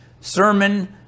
sermon